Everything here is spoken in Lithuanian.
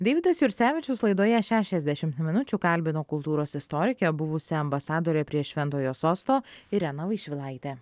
deividas jursevičius laidoje šešiasdešim minučių kalbino kultūros istorikę buvusią ambasadorę prie šventojo sosto ireną vaišvilaitę